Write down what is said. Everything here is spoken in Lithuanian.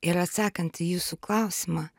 ir atsakant į jūsų klausimą